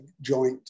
joint